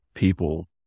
people